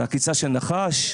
זה עקיצה שלנחש?